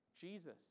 Jesus